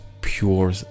pure